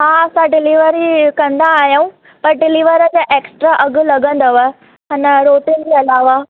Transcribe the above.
हा असां डिलेवरी कंदा आहियूं त डिलवर जा एक्सट्रा अघ लॻंदव अञा रोटीन जे अलावा